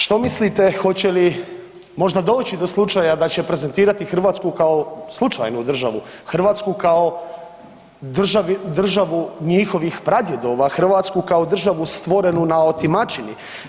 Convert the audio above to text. Što mislite, hoće li možda doći do slučaja da će prezentirati Hrvatsku kao slučajnu državu, Hrvatsku kao državu njihovih pradjedova, Hrvatsku kao državu stvorenu na otimačini?